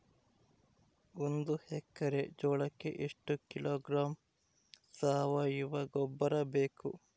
ಒಂದು ಎಕ್ಕರೆ ಜೋಳಕ್ಕೆ ಎಷ್ಟು ಕಿಲೋಗ್ರಾಂ ಸಾವಯುವ ಗೊಬ್ಬರ ಬೇಕು?